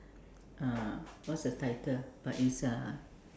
uh what's the title but it's uh